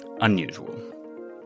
unusual